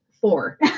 four